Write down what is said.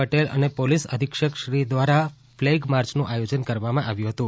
પટેલ અને પોલીસ અધિક્ષક શ્રી દ્વારા ફલેગ માર્ચનું આયોજન કરવામાં આવેલ હતું